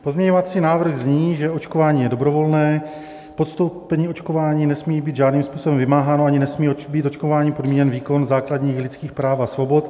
Pozměňovací návrh zní, že očkování je dobrovolné, podstoupení očkování nesmí být žádným způsobem vymáháno ani nesmí být očkováním podmíněn výkon základních lidských práv a svobod.